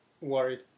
worried